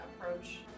approach